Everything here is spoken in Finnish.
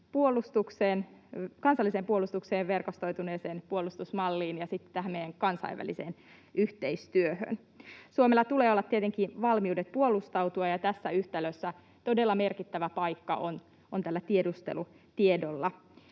kansalliseen puolustukseen ja verkostoituneeseen puolustusmalliin ja sitten tähän meidän kansainväliseen yhteistyöhön. Suomella tulee olla tietenkin valmiudet puolustautua, ja tässä yhtälössä todella merkittävä paikka on tällä tiedustelutiedolla